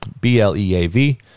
B-L-E-A-V